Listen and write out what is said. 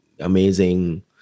Amazing